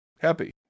Happy